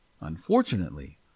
Unfortunately